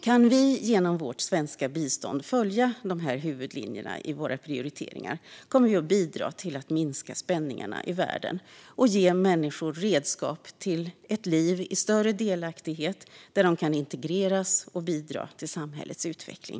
Kan vi genom vårt svenska bistånd följa dessa huvudlinjer i våra prioriteringar kommer vi att bidra till att minska spänningarna i världen och ge människor redskap till ett liv i större delaktighet, där de kan integreras och bidra till samhällets utveckling.